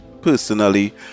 personally